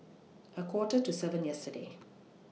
A Quarter to seven yesterday